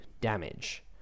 damage